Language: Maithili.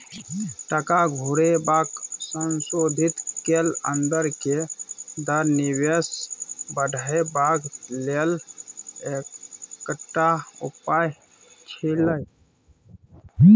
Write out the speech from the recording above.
टका घुरेबाक संशोधित कैल अंदर के दर निवेश बढ़ेबाक लेल एकटा उपाय छिएय